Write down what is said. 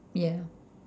yeah